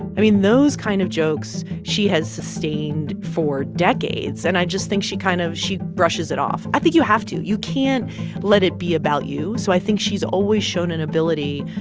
i mean, those kind of jokes she has sustained for decades, and i just think she kind of she brushes it off. i think you have to. you can't let it be about you. so i think she's always shown an ability,